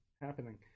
happening